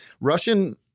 Russian